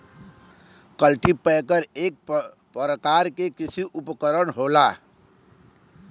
cultipacker एक परकार के कृषि उपकरन होला